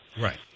Right